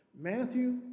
Matthew